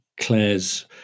Claire's